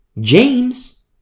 James